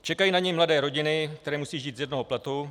Čekají na něj mladé rodiny, které musejí žít z jednoho platu.